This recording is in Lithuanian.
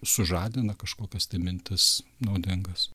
sužadina kažkokias tai mintis naudingas